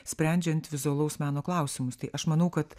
sprendžiant vizualaus meno klausimus tai aš manau kad